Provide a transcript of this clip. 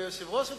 אדוני היושב-ראש,